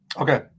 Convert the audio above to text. Okay